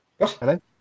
Hello